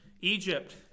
Egypt